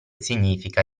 significa